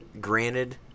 granted